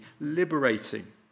liberating